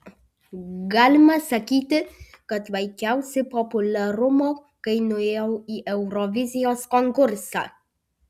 galima sakyti kad vaikiausi populiarumo kai nuėjau į eurovizijos konkursą